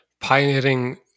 pioneering